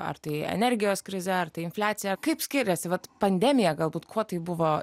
ar tai energijos krizė ar ta infliacija kaip skiriasi vat pandemija galbūt kuo tai buvo